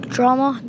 Drama